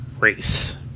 Race